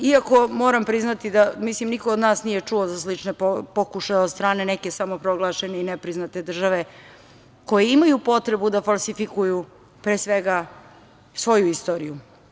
Iako, moram priznati da niko od nas nije čuo za slične pokušaje od strane neke samoproglašene i nepriznate države koje imaju potrebu da falsifikuju pre svega svoju istoriju.